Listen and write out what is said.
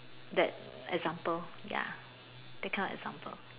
that example ya that kind of example